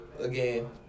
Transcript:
again